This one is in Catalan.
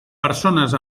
persones